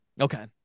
Okay